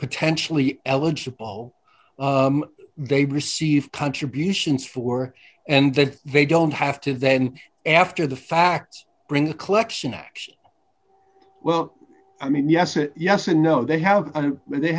potentially eligible they receive contributions for and that they don't have to then after the facts bring a collection action well i mean yes and yes and no they have they